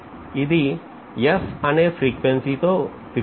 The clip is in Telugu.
ఇది f అనే ఫ్రీక్వెన్సీ తో తిరుగుతుంది